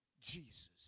Jesus